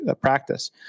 practice